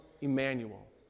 Emmanuel